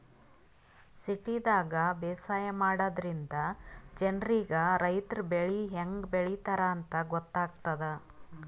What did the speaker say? ಸಿಟಿದಾಗ್ ಬೇಸಾಯ ಮಾಡದ್ರಿನ್ದ ಜನ್ರಿಗ್ ರೈತರ್ ಬೆಳಿ ಹೆಂಗ್ ಬೆಳಿತಾರ್ ಅಂತ್ ಗೊತ್ತಾಗ್ತದ್